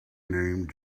named